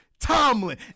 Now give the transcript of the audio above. Tomlin